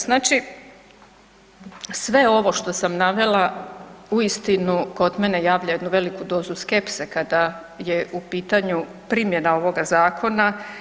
Znači, sve ovo što sam navela uistinu kod mene javlja jednu veliku dozu skepse kada je u pitanju primjena ovoga zakona.